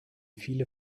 viele